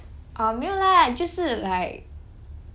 啊没有 lah 就是 like